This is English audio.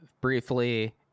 briefly